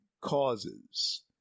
causes